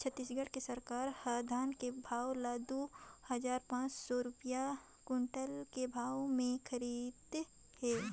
छत्तीसगढ़ के सरकार हर धान के भाव ल दू हजार पाँच सौ रूपिया कोंटल के भाव मे खरीदत हे